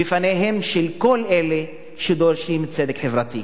בפניהם של כל אלה שדורשים צדק חברתי.